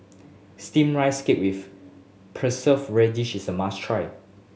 steam rice cake with preserve radish is a must try